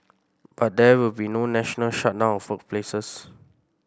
but there will be no national shutdown of workplaces